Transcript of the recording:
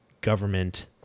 government